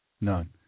None